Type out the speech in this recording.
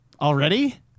Already